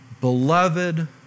beloved